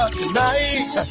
tonight